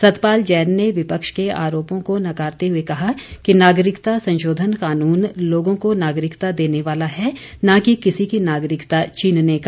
सतपाल जैन ने विपक्ष के आरोपों को नकारते हुए कहा कि नागरिकता संशोधन कानून लोगों को नागरिकता देने वाला है न कि किसी की नागरिकता छीनने का